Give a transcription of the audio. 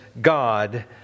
God